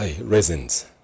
resins